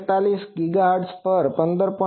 46 gigahertz પર 15